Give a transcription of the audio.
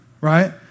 right